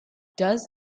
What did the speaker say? does